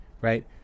right